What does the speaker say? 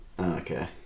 Okay